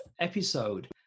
episode